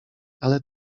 ale